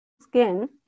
skin